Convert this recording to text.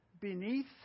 Beneath